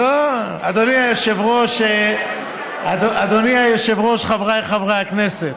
אדוני היושב-ראש, חבריי חברי הכנסת,